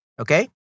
Okay